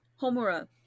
Homura